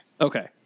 Okay